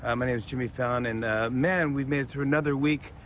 um my name is jimmy fallon. and, man, we've made it through another week.